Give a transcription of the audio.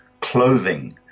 clothing